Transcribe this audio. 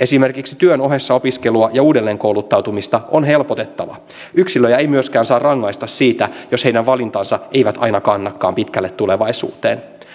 esimerkiksi työn ohessa opiskelua ja uudelleenkouluttautumista on helpotettava yksilöjä ei myöskään saa rangaista siitä jos heidän valintansa eivät aina kannakaan pitkälle tulevaisuuteen